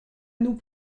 nous